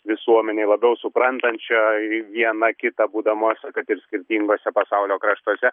visuomenei labiau suprantančiai viena kitą būdamos kad ir skirtingose pasaulio kraštuose